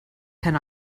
can